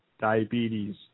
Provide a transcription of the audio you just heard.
diabetes